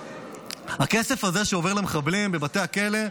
הכסף הזה שעובר למחבלים, לבתי הכלא,